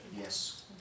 Yes